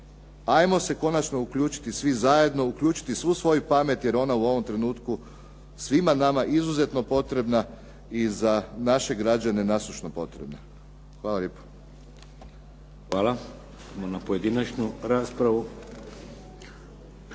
ajmo se konačno uključiti svi zajedno, uključiti svu svoju pamet, jer ona u ovom trenutku svima nama izuzetno potrebna i za naše građane nasušno potrebna. Hvala lijepo. **Šeks, Vladimir (HDZ)** Hvala. Idemo na pojedinačnu raspravu.